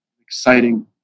exciting